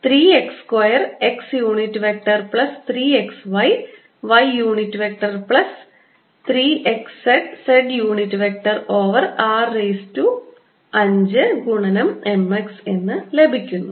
എനിക്ക് 3 x square x unit vector plus 3 x y y unit vector plus 3 x z z unit vector over r raise to 5 ഗുണനം m x എന്ന് ലഭിക്കുന്നു